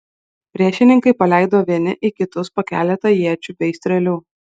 priešininkai paleido vieni į kitus po keletą iečių bei strėlių